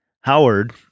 Howard